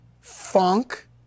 funk